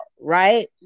right